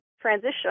transition